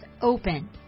open